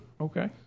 Okay